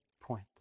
point